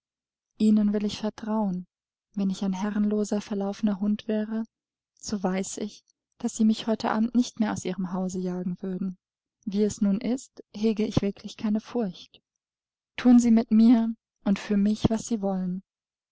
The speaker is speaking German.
ihnen will ich vertrauen wenn ich ein herrenloser verlaufener hund wäre so weiß ich daß sie mich heute abend nicht mehr aus ihrem hause jagen würden wie es nun ist hege ich wirklich keine furcht thun sie mit mir und für mich was sie wollen